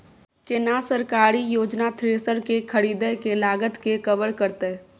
केना सरकारी योजना थ्रेसर के खरीदय के लागत के कवर करतय?